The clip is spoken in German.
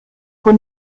von